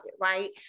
right